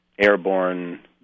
airborne